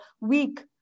week